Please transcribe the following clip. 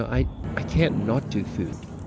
i i can't not do food